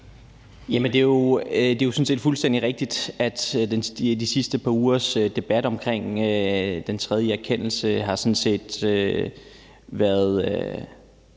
set fuldstændig rigtigt, at de sidste par ugers debat om den tredje erkendelse på mange